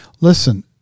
listen